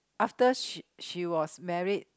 after she she was married